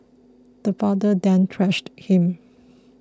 the father then thrashed him